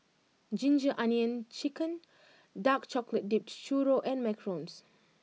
Ginger Onions Chicken Dark Chocolate Dipped Churro and Macarons